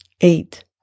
eight